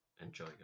Enjoy